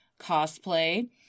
cosplay